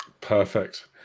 Perfect